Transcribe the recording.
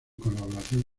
colaboración